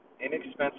inexpensive